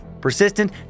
Persistent